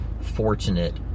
fortunate